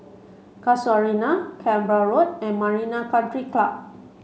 Casuarina Canberra Road and Marina Country Club